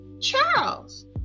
Charles